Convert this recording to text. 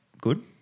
good